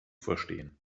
verstehen